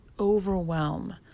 overwhelm